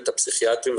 הפסיכיאטריים,